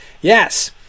Yes